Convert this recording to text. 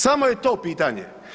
Samo je to pitanje.